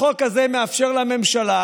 החוק הזה מאפשר לממשלה,